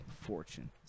Fortune